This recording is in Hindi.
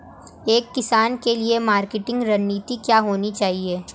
एक किसान के लिए मार्केटिंग रणनीति क्या होनी चाहिए?